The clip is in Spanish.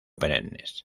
perennes